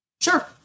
sure